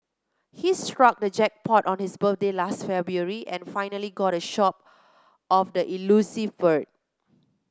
he struck the jackpot on his birthday last February and finally got a shot of the elusive bird